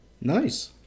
Nice